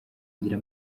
ngira